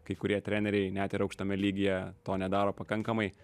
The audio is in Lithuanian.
kai kurie treneriai net ir aukštame lygyje to nedaro pakankamai